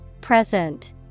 Present